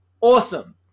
Awesome